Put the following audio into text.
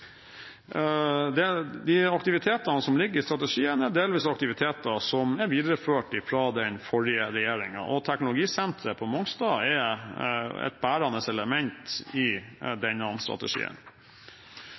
De aktivitetene som ligger i strategien, er delvis aktiviteter som er videreført fra den forrige regjeringen, og teknologisenteret på Mongstad er et bærende element i denne strategien.